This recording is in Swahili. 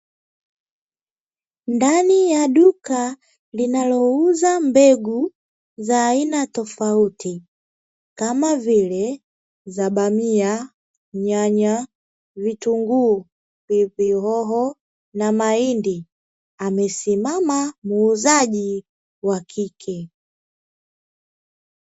Ndani ya duka linalouza mbegu za aina tofauti, kama vile: za bamia nyanya, vitunguu, pilipili hoho na mahindi. Amesimama muuzaji wa kike.